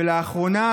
ולאחרונה,